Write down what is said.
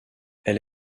elle